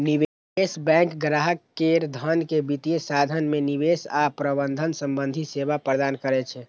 निवेश बैंक ग्राहक केर धन के वित्तीय साधन मे निवेश आ प्रबंधन संबंधी सेवा प्रदान करै छै